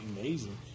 amazing